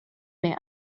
man